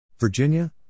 Virginia